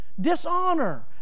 dishonor